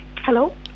hello